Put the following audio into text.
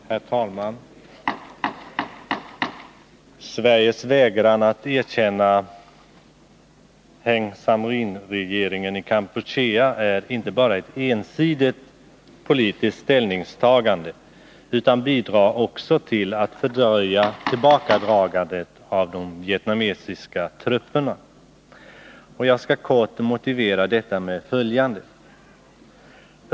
Herr talman! Sveriges vägran att erkänna Heng Samrin-regeringen i Kampuchea är inte bara ett ensidigt politiskt ställningstagande utan bidrar också till att fördröja tillbakadragandet av de vietnamesiska trupperna. Jag skall kort motivera detta med följande.